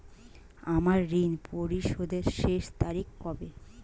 আমার ঋণ পরিশোধের শেষ তারিখ কবে?